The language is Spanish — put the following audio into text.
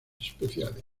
especiales